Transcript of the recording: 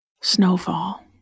Snowfall